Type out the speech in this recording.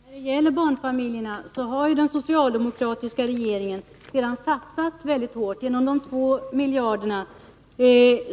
Herr talman! När det gäller barnfamiljerna har den socialdemokratiska regeringen redan satsat väldigt hårt genom de två miljarder